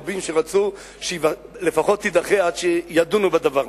רבים שרצו שלפחות תידחה עד שידונו בדבר,